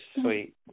sweet